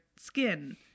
skin